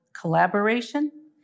collaboration